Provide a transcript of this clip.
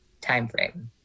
timeframe